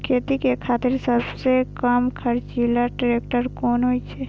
खेती के खातिर सबसे कम खर्चीला ट्रेक्टर कोन होई छै?